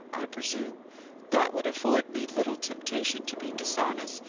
i presume that would afford me little temptation to be dishonest,